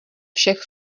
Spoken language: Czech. všech